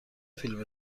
فیلمی